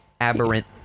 aberrant